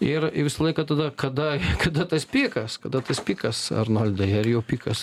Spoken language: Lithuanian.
ir ir visą laiką tada kada kada tas pikas kada tas pikas arnoldai ar jau pikas